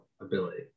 ability